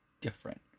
different